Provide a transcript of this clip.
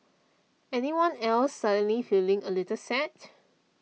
anyone else suddenly feeling a little sad